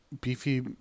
beefy